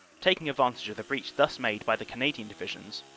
taking advantage of the breach thus made by the cana dian divisions,